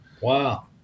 Wow